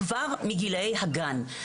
כבר מגילאי הגן.